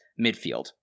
midfield